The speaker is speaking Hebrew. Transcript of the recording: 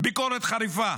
ביקורת חריפה